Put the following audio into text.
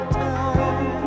time